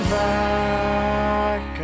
back